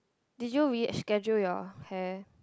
did you really schedule your hair